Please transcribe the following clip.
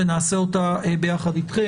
ונעשה אותה ביחד אתכם.